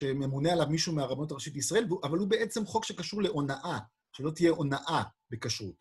שממונה עליו מישהו מהרבניות הראשית ישראל, אבל הוא בעצם חוק שקשור להונאה, שלא תהיה הונאה בכשרות.